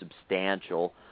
substantial